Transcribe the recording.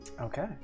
Okay